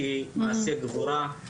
כמעשה גבורה,